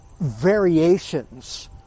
variations